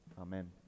Amen